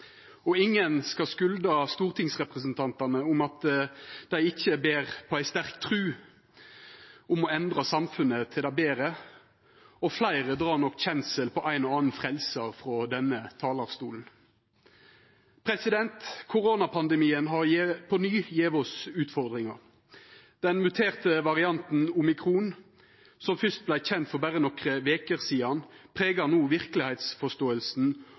Og ingen skal skulda stortingsrepresentantane for at dei ikkje ber på ei sterk tru om å endra samfunnet til det betre, og fleire drar nok kjensel på ein og annan frelsar frå denne talarstolen. Koronapandemien har på ny gjeve oss utfordringar. Den muterte varianten omikron, som fyrst vart kjend for berre nokre veker sidan, pregar no